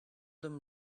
them